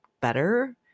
better